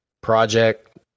project